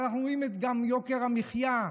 אנחנו רואים גם את יוקר המחיה,